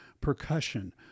Percussion